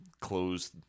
close